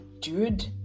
dude